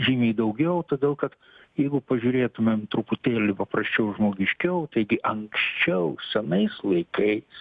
žymiai daugiau todėl kad jeigu pažiūrėtumėm truputėlį paprasčiau žmogiškiau taigi anksčiau senais laikais